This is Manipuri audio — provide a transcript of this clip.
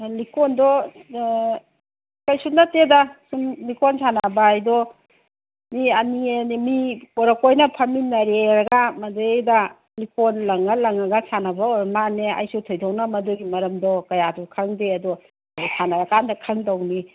ꯂꯤꯛꯀꯣꯟꯗꯣ ꯀꯩꯁꯨ ꯅꯠꯇꯦꯗ ꯁꯨꯝ ꯂꯤꯛꯀꯣꯟ ꯁꯥꯟꯅꯕ ꯍꯥꯏꯗꯣ ꯃꯤ ꯑꯅꯤ ꯑꯅꯤ ꯃꯤ ꯀꯣꯔꯣꯛ ꯀꯣꯏꯅ ꯐꯝꯃꯤꯟꯅꯔꯦꯒ ꯃꯗꯨꯗꯩꯗ ꯂꯤꯛꯀꯣꯟ ꯂꯪꯉ ꯂꯪꯉ ꯁꯥꯟꯕ ꯑꯣꯏꯔꯃꯥꯜꯂꯦ ꯑꯩꯁꯨ ꯊꯣꯏꯗꯣꯛꯅ ꯃꯗꯨꯒꯤ ꯃꯔꯝꯗꯣ ꯀꯌꯥꯁꯨ ꯈꯪꯗꯦ ꯑꯗꯣ ꯁꯥꯟꯅꯔꯀꯥꯟꯗ ꯈꯪꯗꯧꯅꯤ